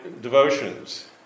devotions